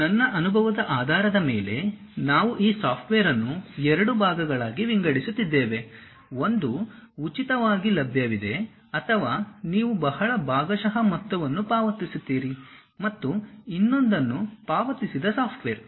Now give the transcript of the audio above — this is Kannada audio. ನನ್ನ ಅನುಭವದ ಆಧಾರದ ಮೇಲೆ ನಾವು ಈ ಸಾಫ್ಟ್ವೇರ್ ಅನ್ನು ಎರಡು ಭಾಗಗಳಾಗಿ ವಿಂಗಡಿಸುತ್ತಿದ್ದೇವೆ ಒಂದು ಉಚಿತವಾಗಿ ಲಭ್ಯವಿದೆ ಅಥವಾ ನೀವು ಬಹಳ ಭಾಗಶಃ ಮೊತ್ತವನ್ನು ಪಾವತಿಸುತ್ತೀರಿ ಮತ್ತು ಇನ್ನೊಂದನ್ನು ಪಾವತಿಸಿದ ಸಾಫ್ಟ್ವೇರ್